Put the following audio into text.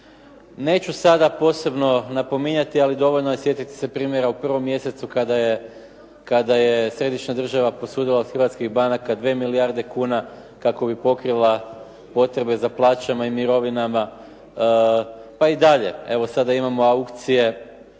Neću sada posebno napominjati, ali dovoljno je sjetiti se primjera u prvom mjesecu kada je središnja država posudila od hrvatskih banaka 2 milijarde kuna kako bi pokrila potrebe za plaćama i mirovinama, pa i dalje. Evo sada imamo aukcije